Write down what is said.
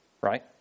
right